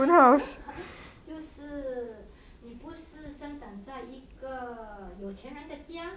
就是你不是生长在一个有钱人的家